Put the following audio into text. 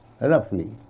roughly